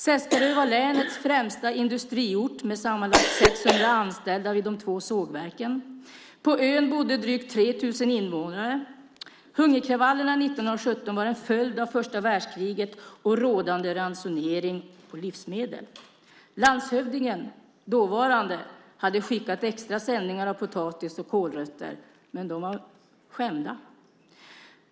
Seskarö var länets främsta industriort, med sammanlagt 600 anställda vid de två sågverken. På ön bodde drygt 3 000 invånare. Hungerkravallerna 1917 var en följd av första världskriget och rådande ransonering av livsmedel. Dåvarande landshövding hade skickat extra sändningar av potatis och kålrötter, men de var skämda.